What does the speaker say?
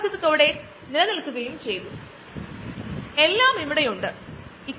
അതിനാൽ യഥാർത്ഥത്തിൽ ഒരു ബയോപ്രോസസ് എന്താണെന്ന് നമുക്ക് നോക്കാം